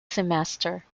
semester